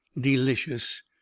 delicious